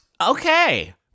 Okay